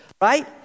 Right